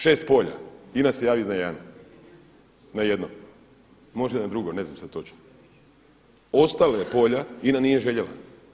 Šest polja INA se javi za jedan, na jedno, možda na drugo ne znam sada točno, ostala polja INA nije željela.